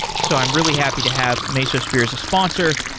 so i'm really happy to have mesosphere as a sponsor,